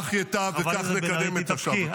כך ייטב וכך נקדם את השבתם.